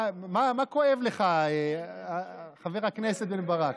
מה כואב לך, חבר הכנסת בן ברק?